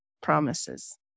promises